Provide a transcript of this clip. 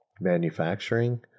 manufacturing